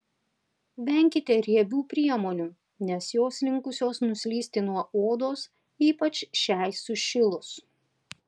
venkite riebių priemonių nes jos linkusios nuslysti nuo odos ypač šiai sušilus